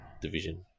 Division